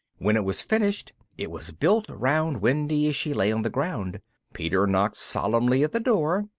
when it was finished it was built round wendy as she lay on the ground peter knocked solemnly at the door,